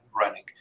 running